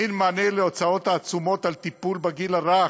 אין מענה להוצאות העצומות על טיפול בגיל הרך,